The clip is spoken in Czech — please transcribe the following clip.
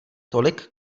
tolik